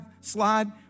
slide